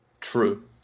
True